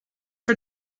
for